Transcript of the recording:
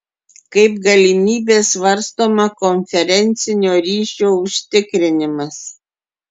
kaip galimybė svarstoma konferencinio ryšio užtikrinimas